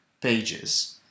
pages